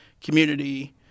community